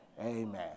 amen